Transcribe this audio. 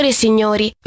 Signori